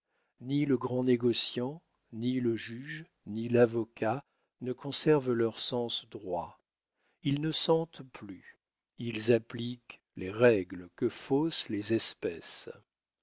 ni le grand négociant ni le juge ni l'avocat ne conservent leur sens droit ils ne sentent plus ils appliquent les règles que faussent les espèces